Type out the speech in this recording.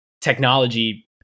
technology